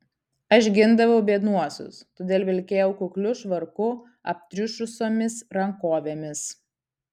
aš gindavau biednuosius todėl vilkėjau kukliu švarku aptriušusiomis rankovėmis